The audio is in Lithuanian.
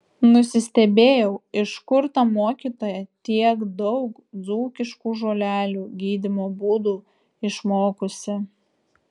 nusistebėjau iš kur ta mokytoja tiek daug dzūkiškų žolelių gydymo būdų išmokusi